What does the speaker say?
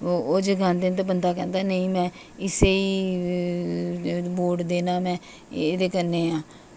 ते ओह् जगांदे न ते बंदा आक्खदा की नेईं में इसी वोट देना में एह् में एह्दे कन्नै ऐ